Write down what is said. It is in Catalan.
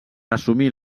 assumir